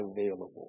available